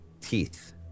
teeth